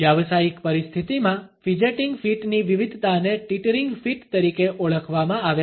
વ્યાવસાયિક પરિસ્થિતિમાં ફિજેટીંગ ફીટની વિવિધતાને ટીટરિંગ ફીટ તરીકે ઓળખવામાં આવે છે